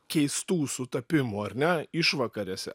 keistų sutapimų ar ne išvakarėse